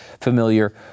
familiar